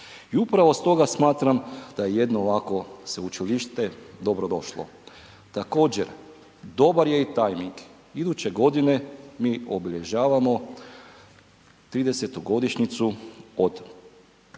I upravo stoga smatram da je jedno ovakvo sveučilište dobro došlo. Također, dobar je i tajming, iduće godine mi obilježavamo 30. godišnjicu od